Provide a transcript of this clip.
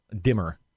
dimmer